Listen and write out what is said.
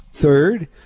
Third